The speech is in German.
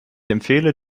empfehle